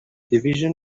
division